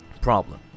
problem